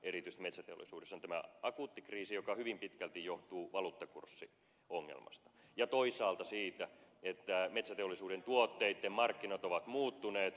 erityisesti metsäteollisuudessa on tämä akuutti kriisi joka hyvin pitkälti johtuu valuuttakurssiongelmasta ja toisaalta siitä että metsäteollisuuden tuotteiden markkinat ovat muuttuneet